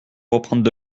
reprendre